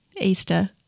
Easter